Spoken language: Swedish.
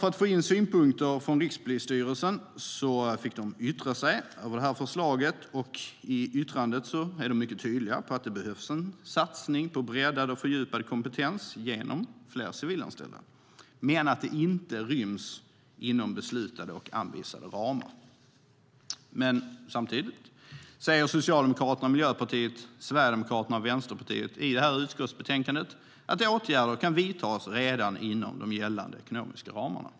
För att vi skulle få in synpunkter från Rikspolisstyrelsen har de fått yttra sig över det här förslaget. I yttrandet är de mycket tydliga med att det behövs en satsning på breddad och fördjupad kompetens genom fler civilanställda men att det inte ryms inom beslutade och anvisade ramar. Samtidigt säger Socialdemokraterna, Miljöpartiet, Sverigedemokraterna och Vänsterpartiet i det här utskottsbetänkandet att åtgärder kan vidtas redan inom de gällande ekonomiska ramarna.